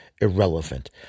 irrelevant